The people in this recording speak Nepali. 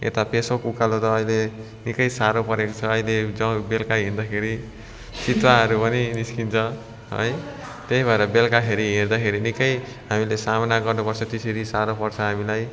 यता पेशोक उकालो त अहिले निकै साह्रो परेको छ अहिले बेलुका हिँदाखेरि चितुवाहरू पनि निस्किन्छ है त्यही भएर बेलुकाखेरि हेर्दाखेरि निकै हामीले सामना गर्नु पर्छ त्यसरी साह्रो पर्छ हामीलाई